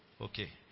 Okay